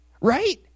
right